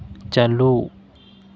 ᱪᱟᱹᱞᱩ